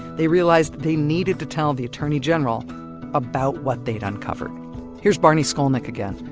they realized they needed to tell the attorney general about what they'd uncovered here's barney skolnik again,